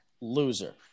loser